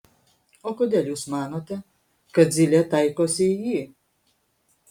o kodėl jūs manote kad zylė taikosi į jį